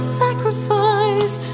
sacrifice